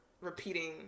repeating